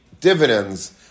dividends